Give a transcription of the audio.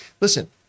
listen